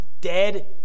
dead